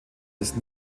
ist